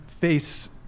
face